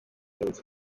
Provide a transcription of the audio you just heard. urupfu